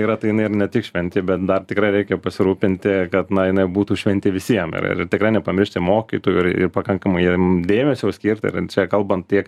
yra tai jinai ir ne tik šventė bet dar tikrai reikia pasirūpinti kad na inai būtų šventė visiem ir ir tikrai nepamiršti mokytojų ir ir pakankamai jiem dėmesio skirti ir čia kalbant tiek